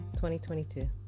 2022